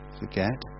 forget